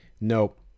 Nope